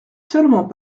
seulement